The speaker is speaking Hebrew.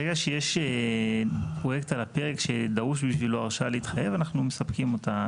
ברגע שיש פרויקט על הפרק שדרוש בשבילו הרשאה להתחייב אנחנו מספקים אותה.